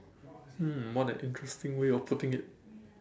hmm what an interesting way of putting it